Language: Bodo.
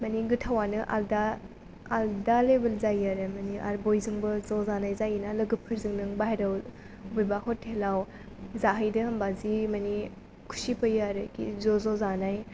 माने गोथावआनो आलदा आलदा लेबेल जायो आरो माने आरो बयजोंबो ज'जानाय जायो ना लोगोफोरजों नों बाहेराव बबेबा हटेलाव जाहैदो होनबा जि माने खुसि फैयो आरो खि ज' ज' जानाय